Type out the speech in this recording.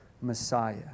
Messiah